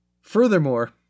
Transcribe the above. Furthermore